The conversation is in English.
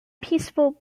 peaceful